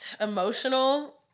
emotional